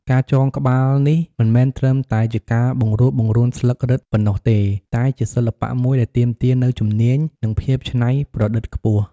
ការចងក្បាលនេះមិនមែនត្រឹមតែជាការបង្រួបបង្រួមស្លឹករឹតប៉ុណ្ណោះទេ តែជាសិល្បៈមួយដែលទាមទារនូវជំនាញ និងភាពច្នៃប្រឌិតខ្ពស់។